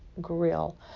Grill